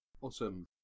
Awesome